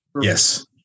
Yes